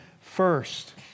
first